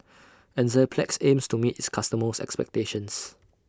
Enzyplex aims to meet its customers' expectations